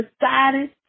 decided